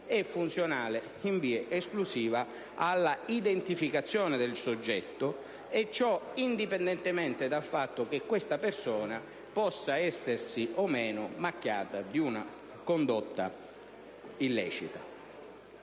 è funzionale in via esclusiva alla identificazione del soggetto, e ciò indipendentemente dal fatto che questa persona possa essersi o meno macchiata di una condotta illecita.